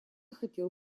хотел